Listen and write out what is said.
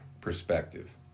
perspective